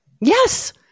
Yes